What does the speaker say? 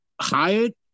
hired